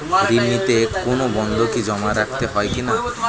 ঋণ নিতে কোনো বন্ধকি জমা রাখতে হয় কিনা?